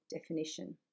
definition